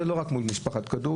זה לא רק מול משפחת כדורי.